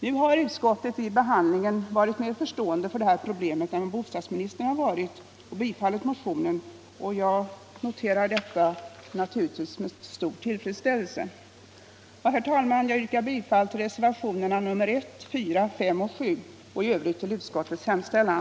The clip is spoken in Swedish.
Nu har utskottet vid behandlingen varit mer förstående för det här problemet än bostadsministern och tillstyrkt motionen, och naturligtvis noterar jag detta med stor tillfredsställelse. Herr talman! Jag yrkar bifall till reservationerna 1 a, 4, 5 och 7 och i övrigt till utskottets hemställan.